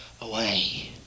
away